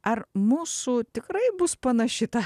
ar mūsų tikrai bus panaši ta